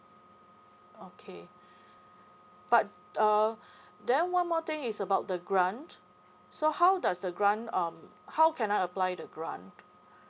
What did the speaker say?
okay but uh then one more thing is about the grant so how does the grant um how can I apply the grant